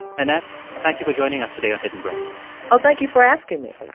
annette, thank you for joining us today on hidden brain oh, thank you for asking me